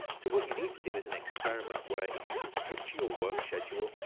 so what you need to do is an experiment where if you can structure your work schedule,